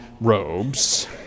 robes